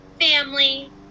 family